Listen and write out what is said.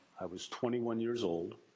i was twenty one years old.